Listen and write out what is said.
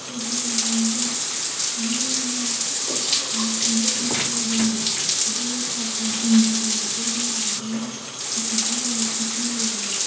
ticket ꯃꯃꯜꯁꯦ ꯑꯍꯟꯒꯤꯅ hundred hundred ꯂꯧꯕꯅꯦ ꯑꯗꯨꯒ ꯁꯥꯇ꯭ꯔꯁꯤꯡꯒꯤ ꯑꯣꯏꯅ ꯀꯣꯏꯕ ꯂꯥꯛꯑꯒꯅ ꯐꯤꯞꯇꯤ ꯑꯣꯏꯅ ꯐꯤꯞꯇꯤ ꯂꯧꯕꯅꯦ